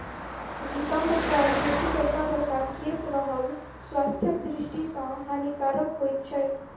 नितंब पर बेसी बड़का बड़का केश रहब स्वास्थ्यक दृष्टि सॅ हानिकारक होइत छै